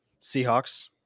Seahawks